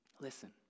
listen